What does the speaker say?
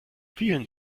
vielen